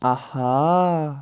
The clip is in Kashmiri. آہا